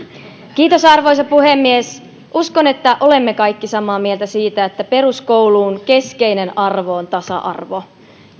vastaamaan arvoisa puhemies uskon että olemme kaikki samaa mieltä siitä että peruskoulun keskeinen arvo on tasa arvo